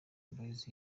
boys